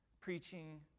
preaching